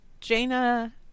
Jaina